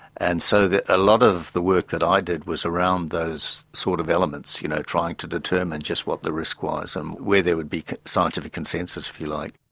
and so a ah lot of the work that i did was around those sort of elements, you know, trying to determine just what the risk was and where there would be scientific consensus, if you like.